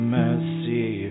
mercy